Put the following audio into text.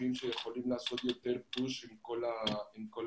חושבים שיכולים לעשות יותר פוש עם כל האנשים.